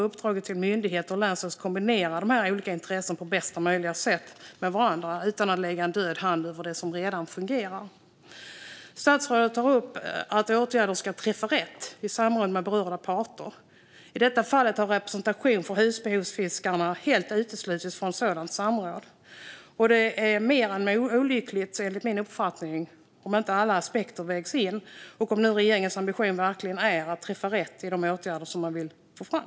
Uppdraget till myndigheter och länsstyrelser borde kombinera dessa olika intressen på bästa möjliga sätt med varandra, utan att lägga en död hand över det som redan fungerar. Statsrådet tar upp att åtgärder framtagna i samråd med berörda parter ska träffa rätt. I detta fall har representation för husbehovsfiskarna helt uteslutits från sådana samråd, och det är mer än olyckligt enligt min uppfattning om inte alla aspekter vägs in - om regeringens ambition verkligen är att träffa rätt i de åtgärder man vill ta fram.